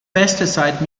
pesticide